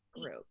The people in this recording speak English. group